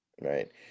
Right